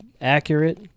accurate